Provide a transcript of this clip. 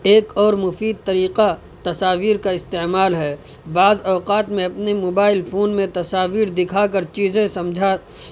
ایک اور مفید طریقہ تصاویر کا استعمال ہے بعض اوقات میں اپنے موبائل فون میں تصویر دکھا کر چیزیں سمجھا